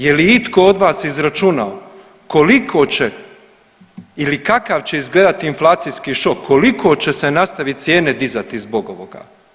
Je li itko od vas izračunao koliko će ili kakav će izgledati inflacijski šok, koliko će se nastaviti cijene dizati zbog ovoga?